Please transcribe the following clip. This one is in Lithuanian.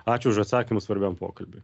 ačiū už atsakymus svarbiam pokalbiui